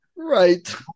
Right